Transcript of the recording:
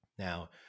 Now